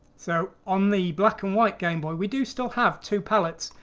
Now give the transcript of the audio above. so on the black and white gameboy, we do still have two pellets,